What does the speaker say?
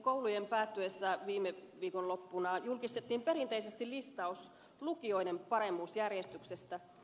koulujen päättyessä viime viikonloppuna julkistettiin perinteisesti listaus lukioiden paremmuusjärjestyksestä